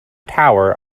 tower